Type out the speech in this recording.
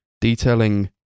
detailing